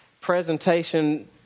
presentation